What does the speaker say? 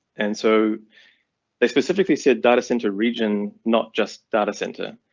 and so they specifically said data center region, not just data center.